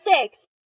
six